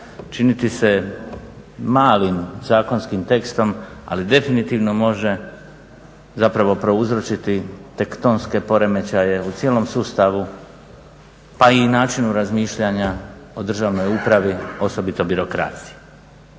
čini ti se malim zakonskim tekstom ali definitivno može zapravo prouzročiti tektonske poremećaje u cijelom sustavu pa i načinu razmišljanja o državnoj upravi, osobito birokraciji.